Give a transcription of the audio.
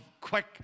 quick